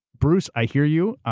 bruce, i hear you.